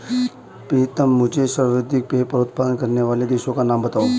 प्रीतम मुझे सर्वाधिक पेपर उत्पादन करने वाले देशों का नाम बताओ?